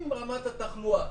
אם רמת התחלואה